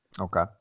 Okay